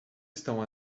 estão